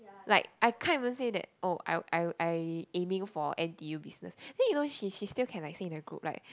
like I can't even say that oh I I I aiming for n_t_u business then you know she she still can say in the group like